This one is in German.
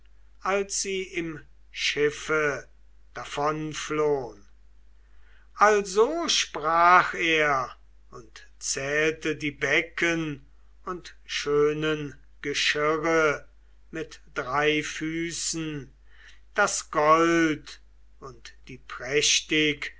als sie im schiffe davon flohn also sprach er und zählte die becken und schönen geschirre mit drei füßen das gold und die prächtig